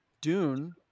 Dune